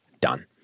done